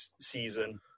season